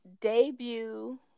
debut